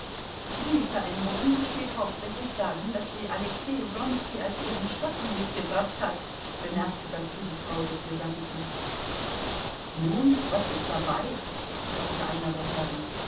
die veränderung besteht hauptsächlich darin daß sie alexei wronski als ihren schatten mitgebracht hat bemerkte dazu die frau des gesandten nun was ist dabei sagte einer der herren